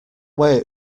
wait